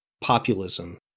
populism